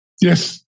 Yes